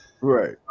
Right